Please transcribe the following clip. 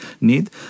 need